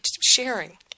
sharing